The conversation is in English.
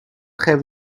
have